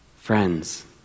Friends